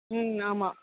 ம் ஆமாம்